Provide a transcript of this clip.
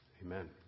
Amen